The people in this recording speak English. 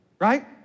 right